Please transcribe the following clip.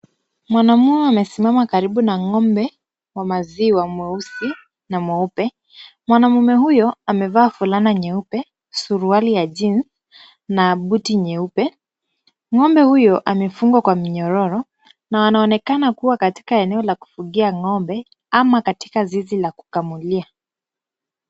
Mwanamume amesimama karibu na ng'ombe wa maziwa mweusi na mweupe. Mwanamume huyo amevaa fulana nyeupe, suruali ya jeans na buti nyeupe. Ng'ombe huyo amefungwa kwa minyororo na anaonekana kuwa katika eneo la kufugia ng'ombe ama katika zizi la kukamulia.